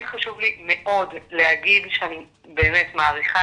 כן חשוב לי מאוד להגיד שאני באמת מעריכה